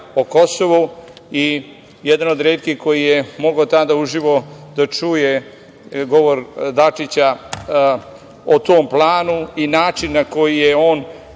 o Kosovu i jedan od retkih koji je mogao uživo da čuje govor Dačića o tom planu i način na koji je on